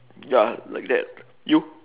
ya like that you